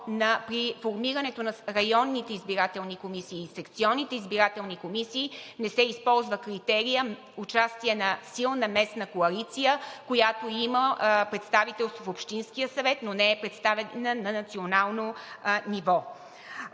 при формирането на районните избирателни комисии и секционните избирателни комисии не се използва критерият – участие на силна местна коалиция, която има представител в Общинския съвет, но не е представена на национално ниво.